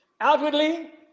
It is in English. Outwardly